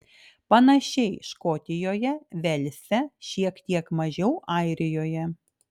panašiai škotijoje velse šiek tiek mažiau airijoje